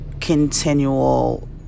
continual